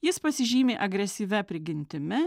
jis pasižymi agresyvia prigimtimi